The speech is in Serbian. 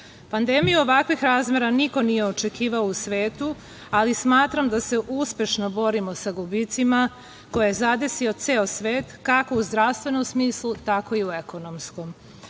virusom. Pandemija ovakvih razmera niko nije očekivao u svetu, ali smatram da se uspešno borimo sa gubicima koje je zadesio ceo svet, kako u zdravstvenom smislu, tako i u ekonomskom. Slobodno